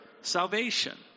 Salvation